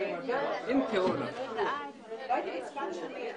דיון מהיר בנושא סיוע